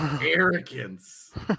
arrogance